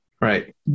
Right